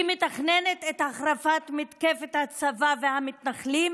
היא מתכננת את החרפת מתקפת הצבא והמתנחלים